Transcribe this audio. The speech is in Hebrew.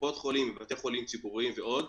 מקופות חולים, מבתי חולים ציבוריים ועוד.